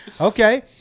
Okay